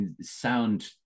sound